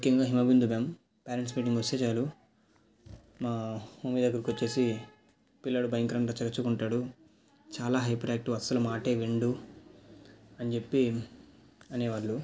క్రింద Himabindu ma'am parents meeting వస్తే చాలు మా మమ్మీ దగ్గరకి వచ్చేసి పిల్లాడు భయంకరంగా చరుచుకుంటాడు చాలా హైపరాక్టివ్ అస్సలు మాటే వినడు అనిచెప్పి అనేవాళ్ళు